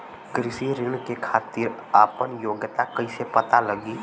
कृषि ऋण के खातिर आपन योग्यता कईसे पता लगी?